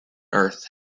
earth